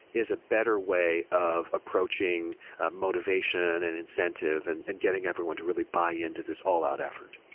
is a better way of approaching motivation and incentive and and getting everyone to really buy into this all-out effort.